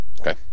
Okay